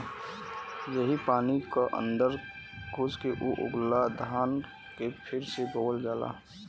यही पानी क अन्दर घुस के ऊ उगला धान के फिर से बोअल जाला